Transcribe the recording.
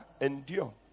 endure